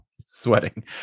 sweating